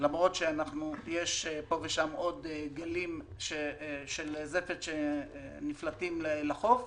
למרות שיש פה ושם עוד גלים של זפת שנפלטים לחוף.